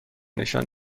نشان